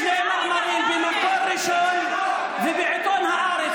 שני מאמרים, במקור ראשון ובעיתון הארץ.